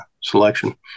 selection